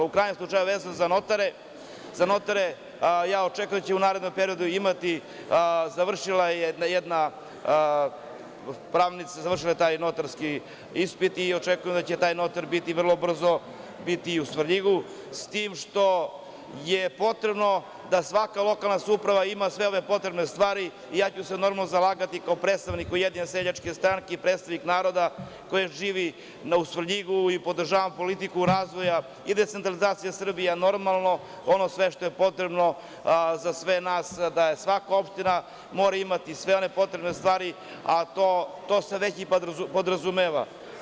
U krajnjem slučaju vezano za notare, ja očekujem u narednom periodu da će imati notare, završila je jedna pravnica taj notarski ispit i očekujem da će taj notar biti vrlo brzo u Svrljigu, s tim što je potrebno da svaka lokalna samouprava ima sve ove potrebne stvari i ja ću se normalno zalagati kao predstavnik Ujedinjene seljačke stranke i predstavnik naroda koji živi u Svrljigu i podržava politiku razvoja i decentralizaciju Srbije normalno, Ono sve što je potrebno za sve nas, da svaka opština mora imati sve one potrebne stvari, a to se već i podrazumeva.